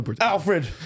Alfred